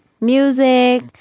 music